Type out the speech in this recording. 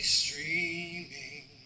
streaming